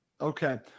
okay